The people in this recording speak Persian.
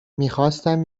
میخواستم